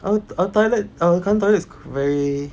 our our toilet our current toilet is very